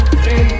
three